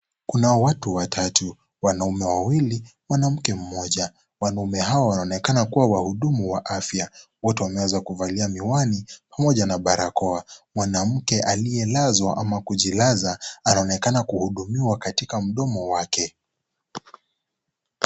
Kuna watu watatu. Wanaume wawili na mke mmoja. Wanaume hawa wanaonekana kuwa wahudumu wa afya. Wote wameweza kuvalia miwani pamoja na barakoa. Mwanamke aliyelazwa ama kujilaza anaonekana kuhudumiwa katika mdomo wake.